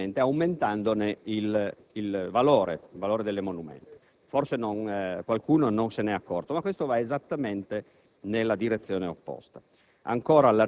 o del consorzio dei Comuni, evidentemente aumentando il valore dell'emolumento. Forse qualcuno non se n'è accorto, ma questo va esattamente